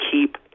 keep